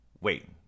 Wait